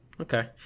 Okay